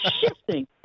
Shifting